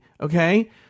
Okay